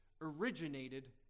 originated